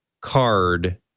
card